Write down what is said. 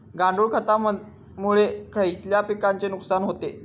गांडूळ खतामुळे खयल्या पिकांचे नुकसान होते?